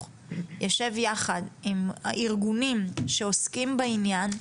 יישב יחד עם הארגונים שעוסקים בעניין,